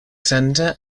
centre